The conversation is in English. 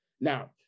Now